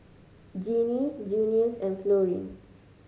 Jeannine Junius and Florene